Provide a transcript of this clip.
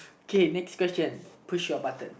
okay next question push your button